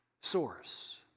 source